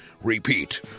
Repeat